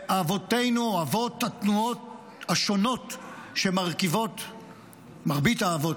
ואבותינו, אבות התנועות השונות מרבית התנועות,